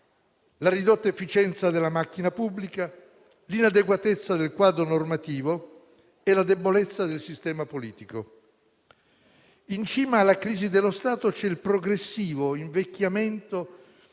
la ridotta efficienza della macchina pubblica, l'inadeguatezza del quadro normativo e la debolezza del sistema politico. In cima alla crisi dello Stato c'è il progressivo invecchiamento